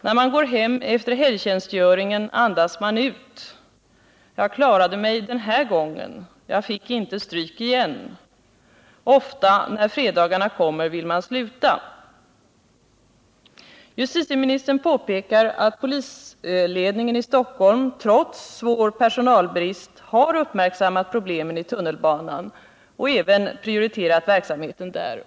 När man går hem efter helgtjänstgöringen andas man ut: Jag klarade mig den här gången. Jag fick inte stryk igen. Ofta när fredagarna kommer vill man sluta.” Justitieministern påpekar att polisutredningen i Stockholm trots svår personalbrist har uppmärksammat problemen i tunnelbanan och även prioriterat verksamheten där.